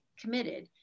committed